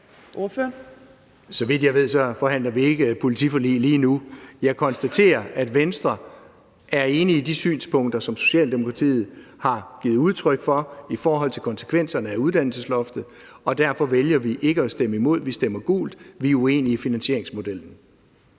Så vidt jeg ved, forhandler vi ikke om et politiforlig lige nu. Jeg konstaterer, at Venstre er enig i de synspunkter, som Socialdemokratiet har givet udtryk for i forhold til konsekvenserne af uddannelsesloftet, og derfor vælger vi ikke at stemme imod, men stemme gult, fordi vi er uenige i finansieringsmodellen.